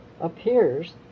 appears